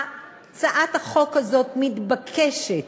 הצעת החוק הזאת מתבקשת,